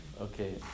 Okay